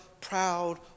proud